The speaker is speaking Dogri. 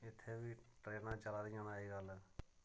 इत्थें बी ट्रैनां चला दियां न अज्जकल